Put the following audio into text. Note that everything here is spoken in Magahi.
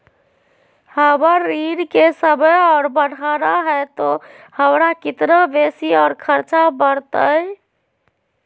हमर ऋण के समय और बढ़ाना है तो हमरा कितना बेसी और खर्चा बड़तैय?